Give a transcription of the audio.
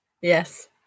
Yes